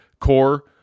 core